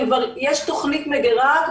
יש תוכנית מגירה.